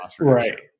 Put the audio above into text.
Right